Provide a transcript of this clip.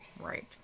Right